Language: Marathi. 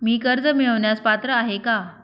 मी कर्ज मिळवण्यास पात्र आहे का?